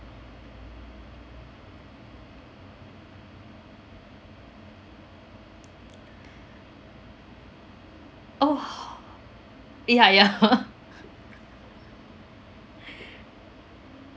orh ya ya